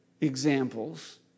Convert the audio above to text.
examples